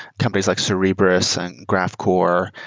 companies like cerebras and graphcore.